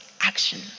action